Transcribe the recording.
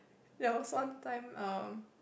there was one time uh